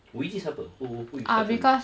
we ni siapa who who you started with